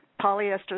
polyester